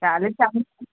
ତା'ହଲେ ତା